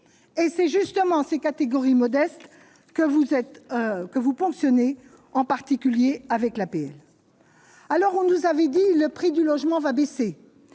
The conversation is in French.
et c'est justement ces catégories modestes que vous êtes que vous ponctionner en particulier avec l'alors on nous avait dit : le prix du logement va baisser